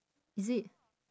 is it